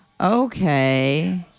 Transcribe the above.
okay